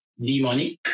demonic